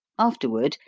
afterward,